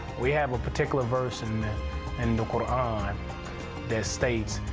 we have a particular verse in the in the quran that states,